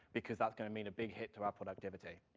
because that's gonna mean a big hit to our productivity.